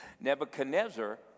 Nebuchadnezzar